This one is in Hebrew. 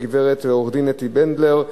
עורכת-הדין אתי בנדלר,